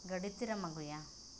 ᱜᱟᱹᱰᱤ ᱛᱤᱨᱮᱢ ᱟᱹᱜᱩᱭᱟ